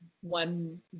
one